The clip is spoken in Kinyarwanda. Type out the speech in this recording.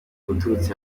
uturutse